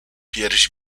pierś